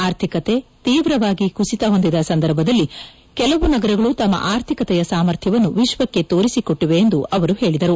ಆರ್ಥಿಕತೆ ತೀವ್ರವಾಗಿ ಕುಸಿತ ಹೊಂದಿದ ಸಂದರ್ಭದಲ್ಲಿ ಕೆಲವು ನಗರಗಳು ತಮ್ಮ ಆರ್ಥಿಕತೆಯ ಸಾಮರ್ಥ್ಯವನ್ನು ವಿಶ್ವಕ್ಕೆ ತೋರಿಸಿಕೊಟ್ಟವೆ ಎಂದು ಅವರು ಹೇಳಿದರು